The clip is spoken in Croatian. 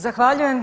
Zahvaljujem.